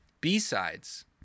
B-sides